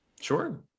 Sure